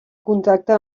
contacte